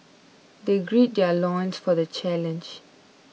they gird their loins for the challenge